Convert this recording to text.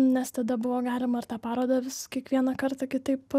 nes tada buvo galima ir tą parodą vis kiekvieną kartą kitaip